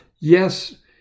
Yes